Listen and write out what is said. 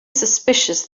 suspicious